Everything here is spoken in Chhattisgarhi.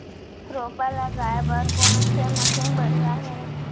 रोपा लगाए बर कोन से मशीन बढ़िया हे?